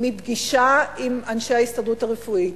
מפגישה עם אנשי ההסתדרות הרפואית.